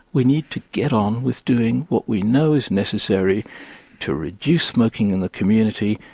we need to get on with doing what we know is necessary to reduce smoking in the community,